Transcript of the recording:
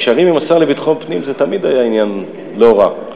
קשרים עם השר לביטחון פנים זה תמיד היה עניין לא רע.